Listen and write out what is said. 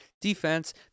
defense